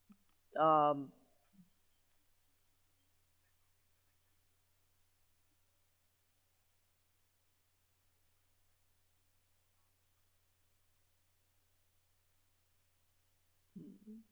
um mmhmm